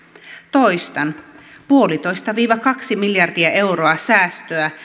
toistan yksi pilkku viisi viiva kaksi miljardia euroa säästöä